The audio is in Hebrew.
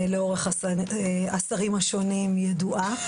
לאורך השרים השונים העמדה ידועה,